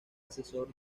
asesor